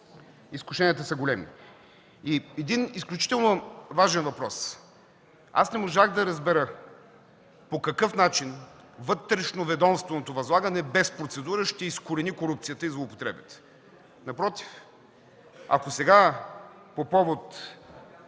изкушенията са големи. Един изключително важен въпрос. Не можах да разбера по какъв начин вътрешноведомственото възлагане без процедура ще изкорени корупцията и злоупотребите?